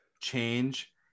change